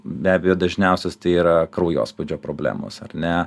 be abejo dažniausios tai yra kraujospūdžio problemos ar ne